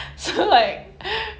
I forgot her name also